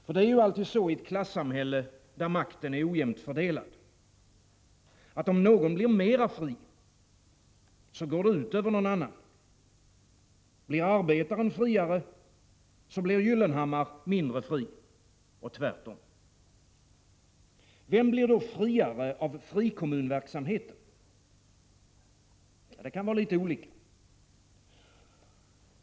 För så är det ju alltid i ett klassamhälle, där makten är ojämnt fördelad. Om någon blir mera fri går det ut över någon annan. Om arbetaren blir friare blir Gyllenhammar mindre fri, och tvärtom. Vem blir då friare av frikommunverksamheten? Det kan vara litet olika.